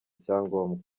cyangombwa